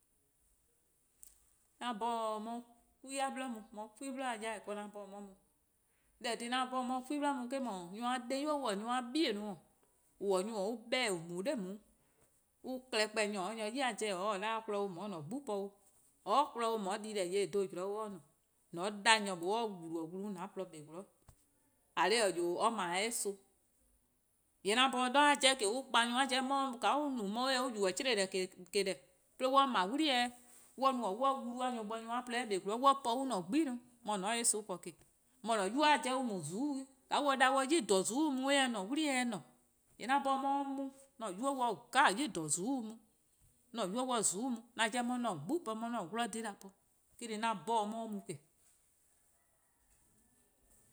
'An 'bhorn 'on 'ye 'kwi 'bli mu, 'de 'kwi 'bli-a 'yor-eh 'de :an 'bhorn 'on 'ye mu, eh :eh :korn-a dhih 'de 'an 'bhorn 'on 'ye-a 'kwi 'bli mu eh-: 'dhun nyor+-a 'de-di boi'-: nyor+-a 'bei-:, :on :ne nyor+ 'beh-dih-a :on mu-a 'de nao', an klehkpeh nyor :or 'ye-a nyor ya pobo: :or 'ye-a 'o kpon-dih :on 'ye :an-a' 'gbu po 'o, kpon-dih 'o :on 'ye dii-deh :yeh :daa dhen zean' 'o or se :ne, :mor :on 'da nyor 'nor :mor or :wlu-dih wlu-' :an :porluh 'kpa 'zorn, :eh :korn dhih :eh 'wee', or 'ble eh son, :yee' 'an 'bhorn 'de :dha 'jeh an kpa-a nyor+-a 'jeh, eh :se on mor on yubo: 'chlee-deh: :ke :deh, 'e on 'ble 'wli-eh 'de 'an no :ao' an wlu 'de nyor+ bo nyor+-a :porluh-a kpa 'zorn, an po :an-a' 'gbu+ 'i, mor :on se-eh son 'ble :ke, :an-a' 'nynuu:-a 'jeh on mu :zuku'-' 'weh, :ka on 'ye-a 'da 'de on 'ye-a :zuku' :klaba-a mu eh se :ne 'wli-eh se :ne, :yee' 'an 'bhorn 'on 'ye 'de mu 'an-a' 'nynuu: 'ye :zuku' :klaba'-' mu, 'an 'nynuu 'ye :zuku' :klaba-' mu, 'on 'ya "an 'gbu po, 'on 'ye 'an-a' :dhe-dih po, eh-: :korn dhih 'an 'bhorn 'on 'ye 'de mu :ke